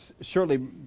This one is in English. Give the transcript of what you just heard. surely